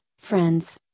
friends